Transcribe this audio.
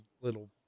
little